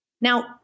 Now